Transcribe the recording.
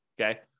okay